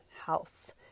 house